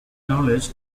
knowledge